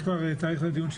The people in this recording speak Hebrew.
האם נקבע כבר דיון שני?